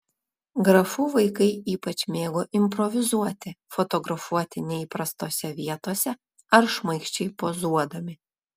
grafų vaikai ypač mėgo improvizuoti fotografuoti neįprastose vietose ar šmaikščiai pozuodami